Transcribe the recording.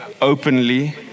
openly